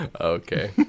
Okay